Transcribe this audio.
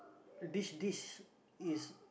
this dish is